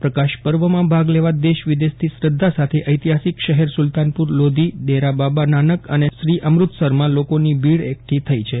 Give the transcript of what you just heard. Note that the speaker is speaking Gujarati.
પ્રકાશ પર્વમાં ભાગ લેવા દેશ વિદેશથી શ્રદ્ધા સાથે ઐતિહાસિક શહેર સુલતાનપુર લોધી ડેરા બાબા નાનક અને શ્રી અમૃતસરમાં લોકોની ભીડ એકઠી થઈ છે